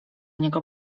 niego